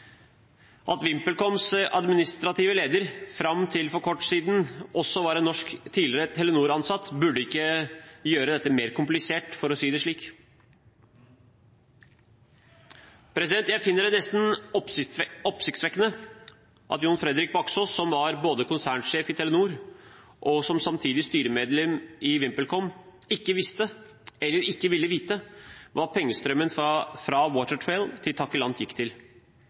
At VimpelComs administrative leder fram til for kort tid siden også var en norsk tidligere Telenor-ansatt, burde ikke gjøre dette mer komplisert, for å si det slik. Jeg finner det nesten oppsiktsvekkende at Jon Fredrik Baksaas, som var konsernsjef i Telenor og samtidig styremedlem i VimpelCom, ikke visste, eller ikke ville vite, hva pengestrømmen fra Watertrail til Takilant gikk til.